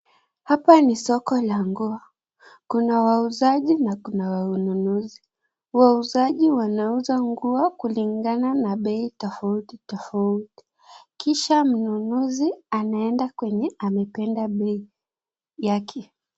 Hapa ni soko la nguo, kuna wauzaji na kuna wanunuzi. Wauzaji wanauza nguo kulingana na bei tofauti tofauti, kisha mnunuzi anaenda kwenye amependa bei yake.